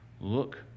Look